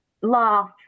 laugh